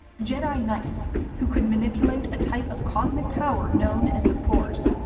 jedi knights who could manipulate a type of cosmic power known as the force.